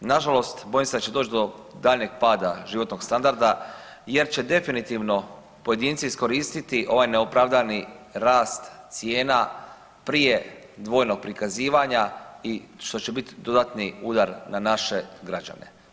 Nažalost bojim se da će doći do daljnjeg pada životnog standarda jer će definitivno pojedinci iskoristiti ovaj neopravdani rast cijena prije dvojnog prikazivanja i što će biti dodatni udar na naše građane.